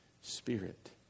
Spirit